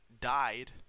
died